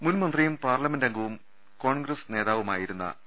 മുൻ മന്ത്രിയും പാർലമെന്റ് അംഗവും കോൺഗ്രസ് നേതാവു മായിരുന്ന പി